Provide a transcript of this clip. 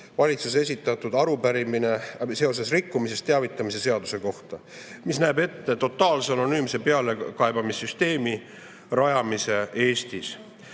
valitsuse esitatud rikkumisest teavitamise seaduse kohta, mis näeb ette totaalse anonüümse pealekaebamissüsteemi rajamise Eestis.